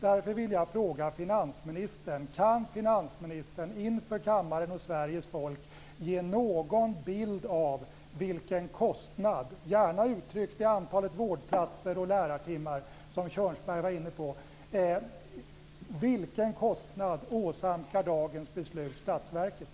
Därför vill jag fråga finansministern: Kan finansministern inför kammaren och Sveriges folk ge någon bild av vilken kostnad - gärna uttryckt i antalet vårdplatser och lärartimmar, som Kjörnsberg var inne på - dagens beslut åsamkar statsverket?